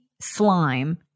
slime